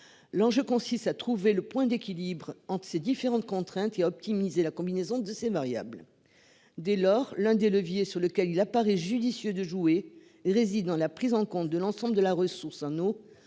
l'enjeu consiste à trouver le point d'équilibre entre ces différentes contraintes a optimiser la combinaison de ces variables. Dès lors, l'un des leviers sur lequel il apparaît judicieux de jouer réside dans la prise en compte de l'ensemble de la ressource en eau